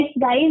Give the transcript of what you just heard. guys